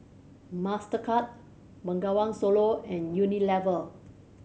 Mastercard Bengawan Solo and Unilever